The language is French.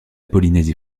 polynésie